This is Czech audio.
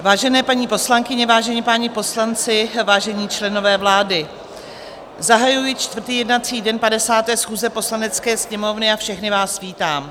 Vážené paní poslankyně, vážení páni poslanci, vážení členové vlády, zahajuji čtvrtý jednací den 50. schůze Poslanecké sněmovny a všechny vás vítám.